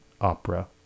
opera